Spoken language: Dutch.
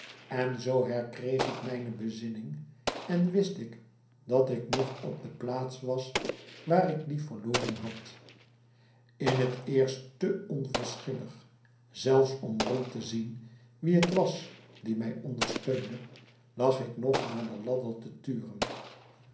en zoo herkreeg ik mijne bezinning en wist ik dat ik nog op de plaats was waar ik die verloren had in het eerst te onverschillig zelfs om rond te zien wie het was die mij ondersteunde lag ik nog naar de ladder te turen